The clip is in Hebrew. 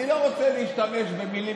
אני לא רוצה להשתמש במילים,